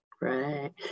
Right